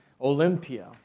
Olympia